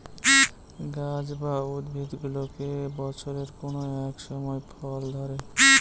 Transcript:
গাছ বা উদ্ভিদগুলোতে বছরের কোনো এক সময় ফল ধরে